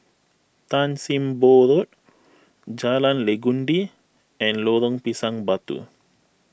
Tan Sim Boh Road Jalan Legundi and Lorong Pisang Batu